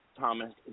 Thomas